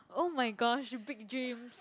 oh my gosh big dreams